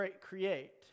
create